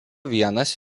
vienas